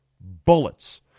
bullets